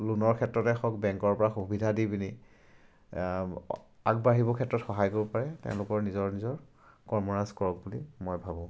লোনৰ ক্ষেত্ৰতে হওক বেংকৰপৰা সুবিধা দি পিনি আগবাঢ়িব ক্ষেত্ৰত সহায় কৰিব পাৰে তেওঁলোকৰ নিজৰ নিজৰ কৰ্মৰাজ কৰক বুলি মই ভাবোঁ